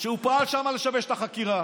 שהוא פעל שם לשבש את החקירה.